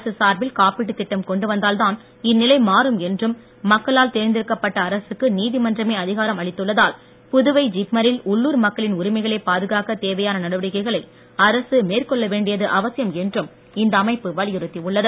அரசு சார்பில் காப்பீட்டுத் திட்டம் கொண்டுவந்தால்தான் இந்நிலை மாறும் என்றும் மக்களால் தேர்ந்தெடுக்கப் பட்ட அரசுக்கு நீதிமன்றமே அதிகாரம் அளித்துள்ளதால் புதுவை ஜிப்ம ரில் உள்ளூர் மக்களின் உரிமைகளை பாதுகாக்கத் தேவையான நடவடிக்கைகளை அரசு மேற்கொள்ள வேண்டியது அவசியம் என்றும் இந்த அமைப்பு வலியுறுத்தியுள்ளது